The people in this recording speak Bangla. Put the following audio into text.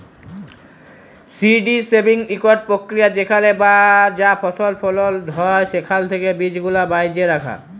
সি.ডি সেভিং ইকট পক্রিয়া যেখালে যা ফসল ফলল হ্যয় সেখাল থ্যাকে বীজগুলা বাছে রাখা